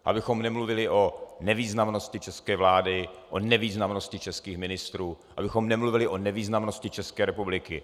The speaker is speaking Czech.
Abychom nemluvili o nevýznamnosti české vlády, o nevýznamnosti českých ministrů, abychom nemluvili o nevýznamnosti České republiky.